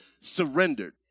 surrendered